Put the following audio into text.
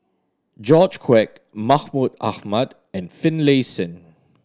George Quek Mahmud Ahmad and Finlayson